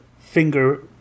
finger